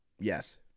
Yes